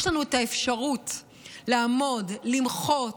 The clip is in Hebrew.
יש לנו את האפשרות לעמוד, למחות,